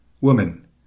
Woman